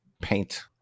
paint